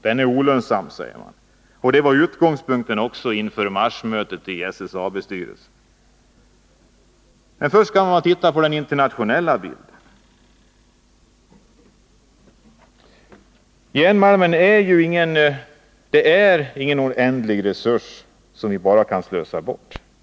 Den är olönsam, säger man. Det var också utgångspunkten inför marsmötet i SSAB-styrelsen. Men först skall man titta på den internationella bilden. Järnmalmen är ingen oändlig resurs som vi bara kan slösa bort.